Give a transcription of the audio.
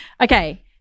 okay